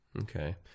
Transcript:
Okay